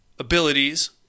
abilities